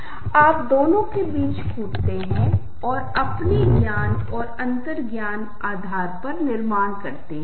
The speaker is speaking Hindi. ये संगीत गीत संगीत के टुकड़ों की प्रमुख सामग्री के रूप में हुए हैं जब उन्हें कुछ निश्चित अवधि ठहराव और ताल के साथ जोड़ा जाता है